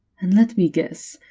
and let me guess,